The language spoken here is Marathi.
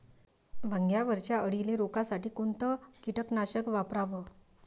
वांग्यावरच्या अळीले रोकासाठी कोनतं कीटकनाशक वापराव?